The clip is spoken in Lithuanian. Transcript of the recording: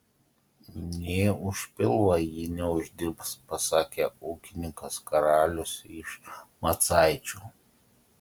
nė už pilvą ji neuždirbs pasakė ūkininkas karalius iš macaičių